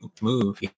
move